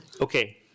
Okay